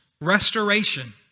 restoration